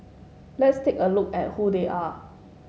let's take a look at who they are